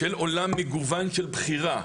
של עולם מגוון של בחירה.